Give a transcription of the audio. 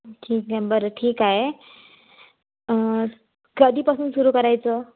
ठीक आहे बरं ठीक आहे कधीपासून सुरु करायचं